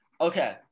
Okay